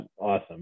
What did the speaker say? awesome